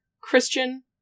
Christian